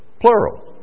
plural